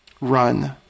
Run